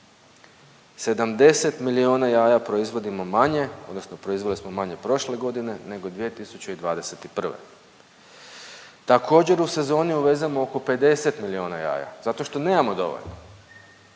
70 milijuna jaja proizvodimo manje odnosno proizveli smo manje prošle godine nego 2021. Također u sezoni uvezemo oko 50 milijuna jaja zato što nemamo dovoljno.